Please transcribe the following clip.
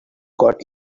got